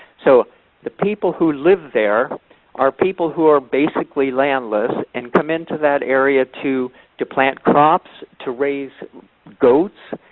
so the people who live there are people who are basically landless, and come into that area to to plant crops, to raise goats,